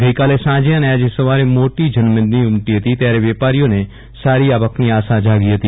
ગઈકાલે સાંજે અને આજે સવારે મોટી જનમેદની ઉમટી હતી ત્યારે વેપારીઓને સારી આવકની આશા જાગી હતી